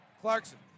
Clarkson